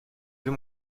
veux